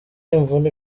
imvune